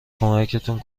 کمکتون